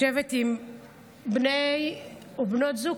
לשבת עם בני ובנות זוג.